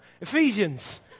Ephesians